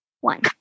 one